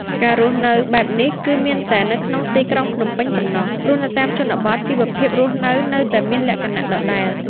ការរស់នៅបែបនេះគឺមានតែនៅក្នុងទីក្រុងភ្នំពេញប៉ុណ្ណោះ ព្រោះនៅតាមជនបទជីវភាពរស់នៅនៅតែមានលក្ខណៈដដែល។